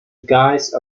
guise